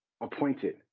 appointed